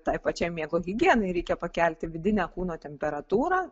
tai pačiam miego higienai reikia pakelti vidinę kūno temperatūrą